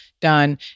done